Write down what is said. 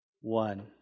one